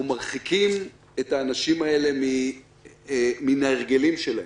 אנחנו מרחיקים את האנשים האלה מן ההרגלים שלהם.